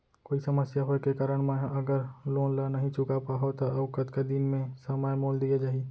कोई समस्या होये के कारण मैं हा अगर लोन ला नही चुका पाहव त अऊ कतका दिन में समय मोल दीये जाही?